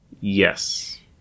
yes